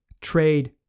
trade